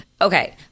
okay